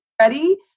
ready